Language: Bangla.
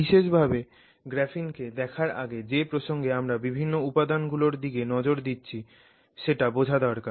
বিশেষভাবে গ্রাফিন কে দেখার আগে যে প্রসঙ্গে আমরা বিভিন্ন উপাদান গুলোর দিকে নজর দিচ্ছি সেটা বোঝা দরকার